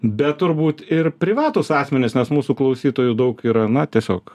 bet turbūt ir privatūs asmenys nes mūsų klausytojų daug yra na tiesiog